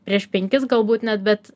prieš penkis galbūt net bet